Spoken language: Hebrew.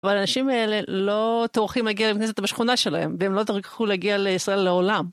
אבל האנשים האלה לא טורחים להגיע לבית כנסת בשכונה שלהם, והם לא יטרחו להגיע לישראל לעולם.